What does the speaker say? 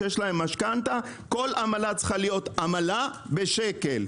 כל עמלה צריכה להיות עמלה בשקל.